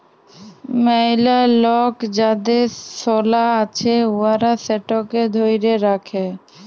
ম্যালা লক যাদের সলা আছে উয়ারা সেটকে ধ্যইরে রাখে